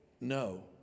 no